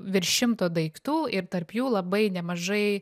virš šimto daiktų ir tarp jų labai nemažai